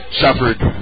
suffered